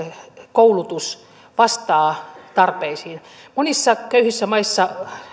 koulutus vastaa tarpeisiin monissa köyhissä maissa